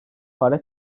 para